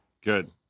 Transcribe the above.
Good